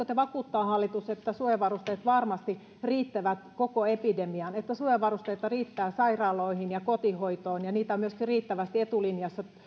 te hallitus vakuuttaa että suojavarusteet varmasti riittävät koko epidemiaan että suojavarusteita riittää sairaaloihin ja kotihoitoon ja niitä on myös riittävästi etulinjassa